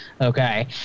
okay